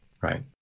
right